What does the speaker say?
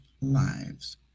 lives